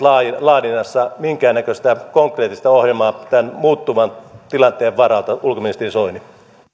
laadinnassa minkäännäköistä konkreettista ohjelmaa tämän muuttuvan tilanteen varalta ulkoministeri soini